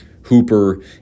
Hooper